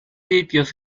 sitios